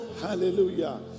hallelujah